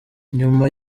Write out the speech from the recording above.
nyuma